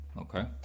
okay